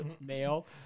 male